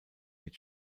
mit